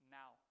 now